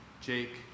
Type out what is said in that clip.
Jake